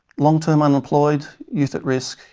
long term unemployed, youth at risk,